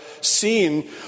seen